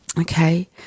Okay